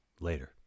Later